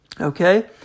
Okay